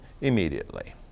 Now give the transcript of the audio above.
immediately